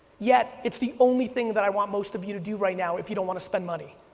yet, it's the only thing that i want most of you to do right now if you don't want to spend money.